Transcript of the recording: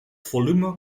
volume